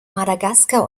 madagaskar